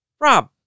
Rob